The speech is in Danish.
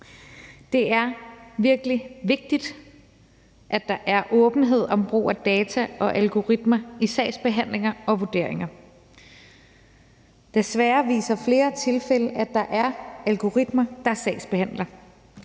Det er virkelig vigtigt, at der er åbenhed om brug af data og algoritmer i sagsbehandlinger og vurderinger. Desværre viser flere tilfælde, at der er algoritmer, der sagsbehandler.